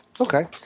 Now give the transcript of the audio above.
Okay